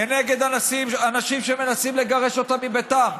כנגד אנשים שמנסים לגרש אותם מביתם,